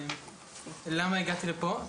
למה הגעתי לפה?